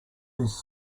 this